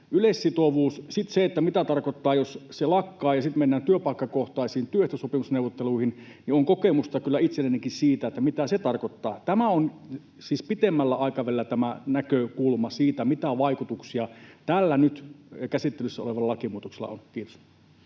yleissitovuus. Sitten mitä tarkoittaa se, jos se lakkaa ja sitten mennään työpaikkakohtaisiin työehtosopimusneuvotteluihin? On kokemusta kyllä itsellänikin siitä, mitä se tarkoittaa. Tämä on pitemmällä aikavälillä se näkökulma siitä, mitä vaikutuksia tällä nyt käsittelyssä olevalla lakimuutoksella on. — Kiitos.